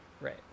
right